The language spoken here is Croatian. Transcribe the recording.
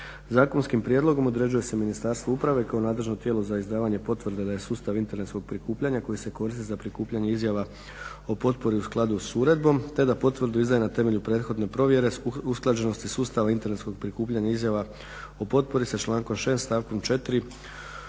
Zakonskim prijedlogom određuje se Ministarstvu uprave kao nadležno tijelo za izdavanje potvrde da je sustav internetskog prikupljanja koji se koristi za prikupljanje izjava o potpori u skladu s uredbom, te da potvrdu izdaje na temelju prethodne provjere usklađenosti sustava internetskog prikupljanja izjava o potpori sa člankom 6. stavkom 4.